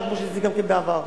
מהממשלה, כמו שסיכמתי בעבר,